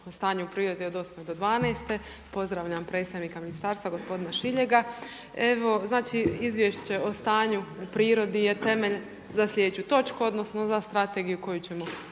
o stanju u prirodi od '08. do '12. Pozdravljam predstavnika ministarstva gospodina Šiljega. Evo znači Izvješće o stanju u prirodi je temelj za sljedeću točku, odnosno za strategiju koju ćemo